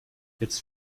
jetzt